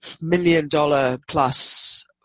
million-dollar-plus